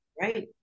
Right